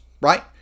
right